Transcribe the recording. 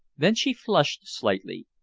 then she flushed slightly,